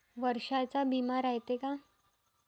वर्षाचा बिमा रायते का?